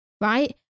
Right